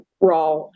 raw